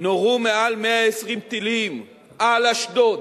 נורו יותר מ-120 טילים על אשדוד,